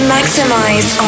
Maximize